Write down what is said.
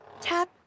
Tap